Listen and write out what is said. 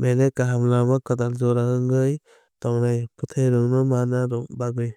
belai kaham lama kwtal jora wngwi tongnai bwthairokno manna bagwi.